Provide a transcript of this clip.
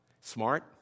Smart